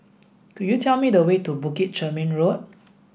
could you tell me the way to Bukit Chermin Road